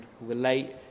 relate